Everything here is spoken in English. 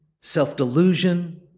self-delusion